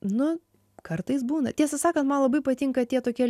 nu kartais būna tiesą sakant man labai patinka tie tokie